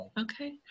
Okay